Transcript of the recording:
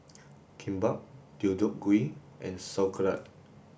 Kimbap Deodeok Gui and sauerkraut